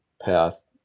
path